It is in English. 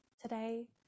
today